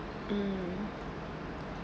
mm